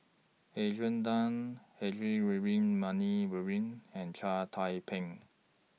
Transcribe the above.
Adrian Tan Heinrich Ludwig Many Luering and Chia Thye Ping